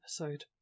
episode